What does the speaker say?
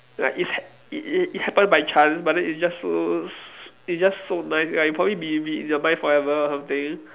like it's it it it happen by chance but then it just so s~ it just so nice ya it probably be be in your mind forever or something